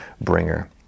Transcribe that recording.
bringer